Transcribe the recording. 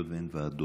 היות שאין ועדות.